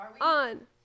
on